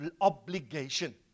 Obligation